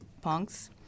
punks